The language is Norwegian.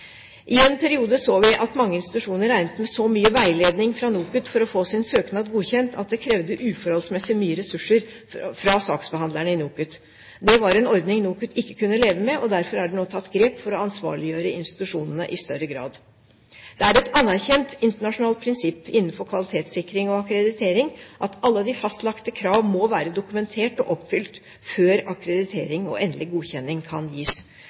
I en periode så vi at mange institusjoner regnet med så mye veiledning fra NOKUT for å få sin søknad godkjent at det krevde uforholdsmessig mye ressurser fra saksbehandlere i NOKUT. Det var en ordning NOKUT ikke kunne leve med, og derfor er det nå tatt grep for å ansvarliggjøre institusjonene i større grad. Det er et anerkjent internasjonalt prinsipp innenfor kvalitetssikring og akkreditering at alle de fastlagte krav må være dokumentert og oppfylt før akkreditering og endelig godkjenning kan gis.